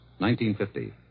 1950